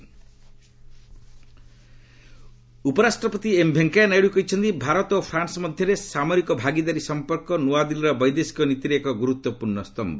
India France ଉପରାଷ୍ଟ୍ରପତି M Venkaiah Naidu କହିଛନ୍ତି ଭାରତ ଓ ଫ୍ରାନ୍ସ ମଧ୍ୟରେ ସାମରିକ ଭାଗିଦାରୀ ସମ୍ପର୍କ ନ୍ତଆଦିଲ୍ଲୀର ବୈଦେଶିକ ନୀତିରେ ଏକ ଗୁରୁତ୍ୱପୂର୍ଣ୍ଣ ସ୍ତମ୍ଭ